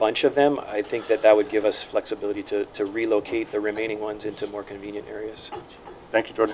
bunch of them i think that that would give us flexibility to to relocate the remaining ones into more convenient areas